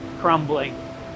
crumbling